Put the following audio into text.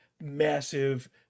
massive